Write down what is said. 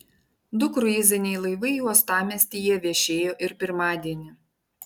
du kruiziniai laivai uostamiestyje viešėjo ir pirmadienį